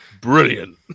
Brilliant